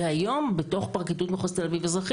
והיום בתוך פרקליטות מחוז תל אביב אזרחי